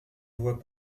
voit